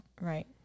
Right